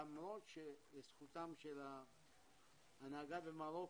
למרות שלזכותם של ההנהגה במרוקו,